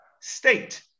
state